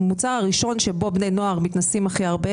המוצר הראשון שבו בני נוער מתנסים הכי הרבה